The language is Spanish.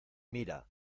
mira